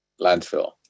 landfill